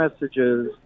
messages